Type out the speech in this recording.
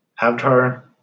Avatar